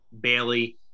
Bailey